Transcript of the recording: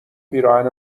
پیراهن